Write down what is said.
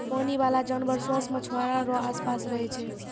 पानी बाला जानवर सोस मछुआरा रो आस पास रहै छै